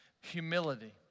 Humility